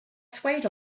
swayed